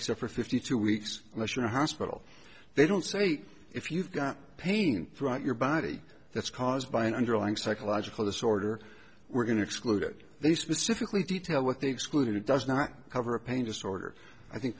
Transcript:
except for fifty two weeks unless your hospital they don't say if you've got pain throughout your body that's caused by an underlying psychological disorder we're going to exclude it they specifically detail what they excluded does not cover a pain disorder i think